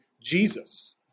Jesus